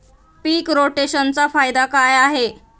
पीक रोटेशनचा फायदा काय आहे?